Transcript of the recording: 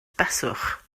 beswch